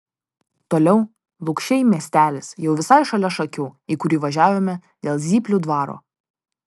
toliau lukšiai miestelis jau visai šalia šakių į kurį važiavome dėl zyplių dvaro